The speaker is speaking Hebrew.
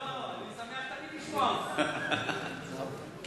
שמח לשמוע אותך.